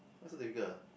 why so difficult ah